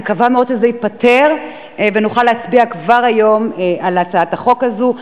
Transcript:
אני מקווה מאוד שזה ייפתר ונוכל להצביע כבר היום על הצעת החוק הזאת.